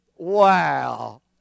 Wow